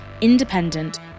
independent